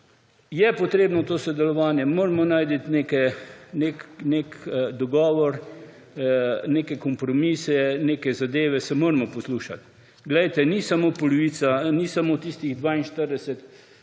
Je potrebno to sodelovanje. Moramo najti nek dogovor, neke kompromise, neke zadeve. Se moramo poslušati. Glejte, ni samo tistih 42